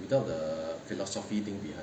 道德 philosophy 顶点